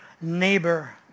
neighbor